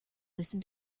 listen